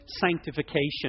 sanctification